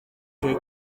igihe